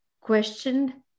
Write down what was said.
questioned